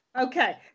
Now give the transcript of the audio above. okay